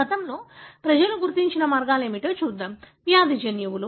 గతంలో ప్రజలు గుర్తించిన మార్గాలు ఏమిటో చూద్దాం వ్యాధి జన్యువులు